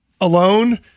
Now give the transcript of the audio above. alone